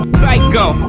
Psycho